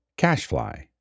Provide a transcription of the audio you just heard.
CashFly